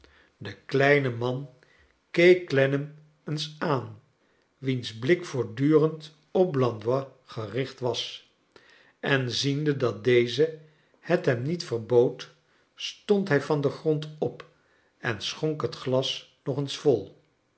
be kleine man keek clennam eens aan wiens blik voortdurend op blandois gericht was en ziende dat deze het hem niet verbood stond hij van den grond op en schonk het glas nog eens vol